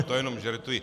To jenom žertuji.